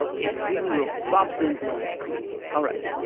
it really will pop so into my screen. alright.